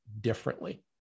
differently